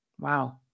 Wow